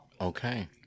Okay